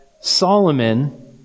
Solomon